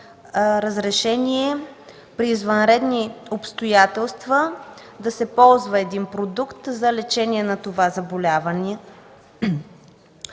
разрешение при извънредни обстоятелства да се ползва един продукт за лечение на това заболяване.